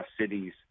cities